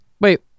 Wait